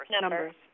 Numbers